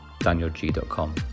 danielg.com